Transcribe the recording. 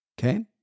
okay